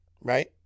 right